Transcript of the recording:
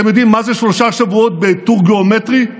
אתם יודעים מה זה שלושה שבועות בטור גיאומטרי?